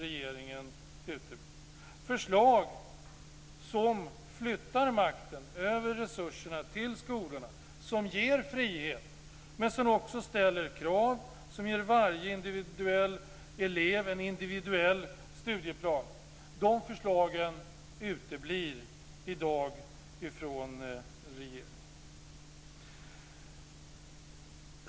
De förslag som flyttar makten över resurserna till skolorna och som ger frihet men som också ställer krav och som ger varje individuell elev en individuell studieplan uteblir i dag från regeringen. Fru talman!